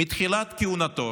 מתחילת כהונתו